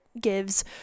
gives